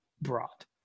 brought